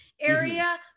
area